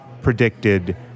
predicted